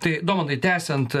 tai domantai tęsiant